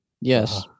Yes